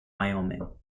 wyoming